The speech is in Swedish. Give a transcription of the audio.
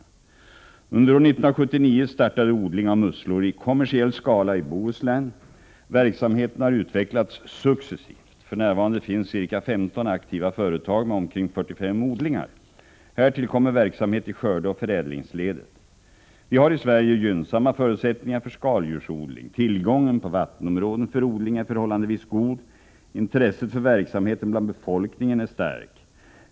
Under år 1979 startade odling av musslor i kommersiell skala i Bohuslän. Verksamheten har utvecklats successivt. För närvarande finns ca 15 aktiva företag med omkring 45 odlingar. Härtill kommer verksamhet i skördeoch förädlingsledet. Vi har i Sverige gynnsamma förutsättningar för skaldjursodling. Tillgången på vattenområden för odling är förhållandevis god. Intresset för verksamheten bland befolkningen är starkt.